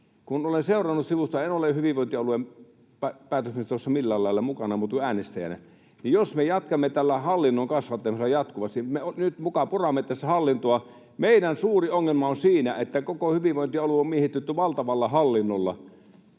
kun olen seurannut sivusta — en ole hyvinvointialueen päätöksenteossa millään lailla mukana muuta kun äänestäjänä — niin jos me jatkamme tällä hallinnon kasvattamisella jatkuvasti, nyt muka puramme tässä hallintoa, niin meidän suuri ongelma on siinä, että koko hyvinvointialue on miehitetty valtavalla hallinnolla.